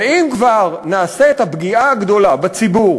ואם כבר נעשה את הפגיעה הגדולה בציבור